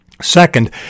Second